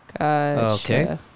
Okay